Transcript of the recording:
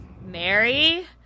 Mary